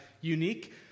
unique